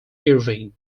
irving